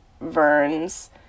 Verne's